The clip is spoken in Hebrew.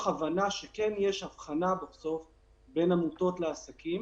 הבנה שכן יש הבחנה בסופו של דבר בין עמותות לעסקים